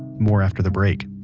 more after the break